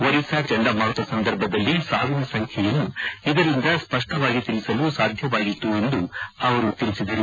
ಒರಿಸ್ಸಾ ಚಂಡಮಾರುತ ಸಂದರ್ಭದಲ್ಲಿ ಸಾವಿನ ಸಂಬ್ಹೆಯನ್ನು ಇದರಿಂದ ಸ್ಪಷ್ಟವಾಗಿ ತಿಳಿಸಲು ಸಾಧ್ಯವಾಯಿತು ಎಂದು ಅವರು ತಿಳಿಸಿದರು